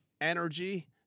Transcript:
energy